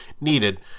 needed